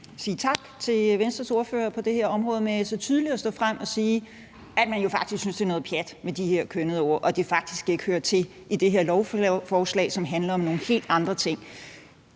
sige tak til Venstres ordfører for på det her område at stå så tydeligt frem at sige, at man jo faktisk synes, det er noget pjat med de her kønnede ord, og at det faktisk ikke hører til i det her lovforslag, som handler om nogle helt andre ting.